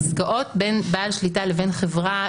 עסקאות בין בעל שליטה לבין חברה,